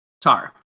tar